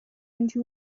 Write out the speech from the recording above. into